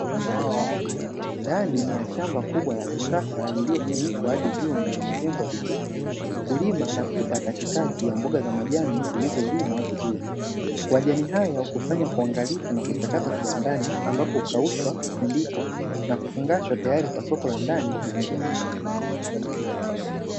Ndani ya shamba kubwa la kisasa lililofunikwa hadi juu na limejengwa vizuri. Mkulima anapita katikati ya mboga za majani zilizolimwa vizuri, majani hayo hukusanywa kwa uangalifu na kuchakatwa kiwandani ambapo hukaushwa, husindikwa na kufungashwa tayari kwa soko la ndani na nje ya nchi.